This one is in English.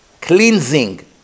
cleansing